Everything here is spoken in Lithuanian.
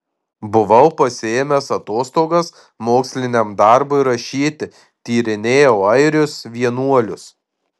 buvau pasiėmęs atostogas moksliniam darbui rašyti tyrinėjau airius vienuolius